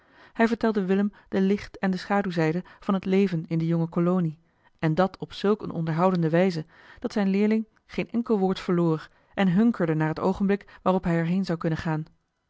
hij vertelde willem de licht en de schaduwzijde van het leven in de jonge kolonie en dat op zulk eene onderhoudende wijze dat zijn leerling geen enkel woord verloor en hunkerde naar het oogenblik waarop hij er heen zou kunnen gaan